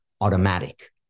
automatic